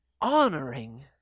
honoring